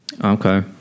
Okay